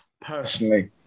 Personally